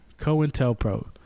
CoIntelPro